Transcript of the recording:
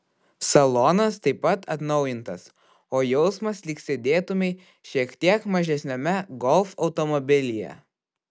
salonas taip pat atnaujintas o jausmas lyg sėdėtumei šiek tiek mažesniame golf automobilyje